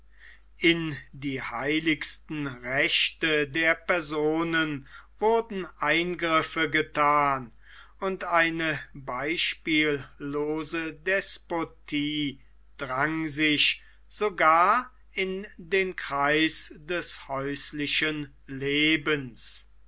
in die heiligsten rechte der personen wurden eingriffe gethan und eine beispiellose despotie drang sich sogar in den kreis des häuslichen lebens